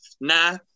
Nah